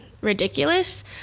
ridiculous